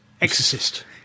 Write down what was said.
Exorcist